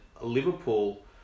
Liverpool